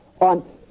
on